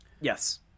Yes